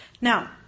Now